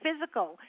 physical